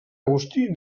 agustí